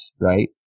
right